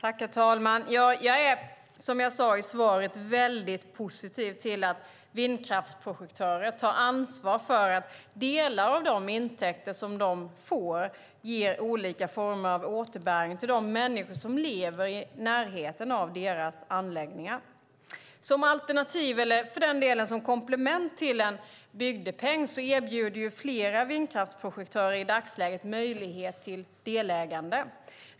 Herr talman! Som jag sade i svaret är jag mycket positiv till att vindkraftsprojektörer tar ansvar för att delar av de intäkter som de får ger olika former av återbäring till de människor som lever i närheten av deras anläggningar. Som alternativ, eller för den delen som komplement, till en bygdepeng erbjuder flera vindkraftsprojektörer i dagsläget möjlighet till delägande.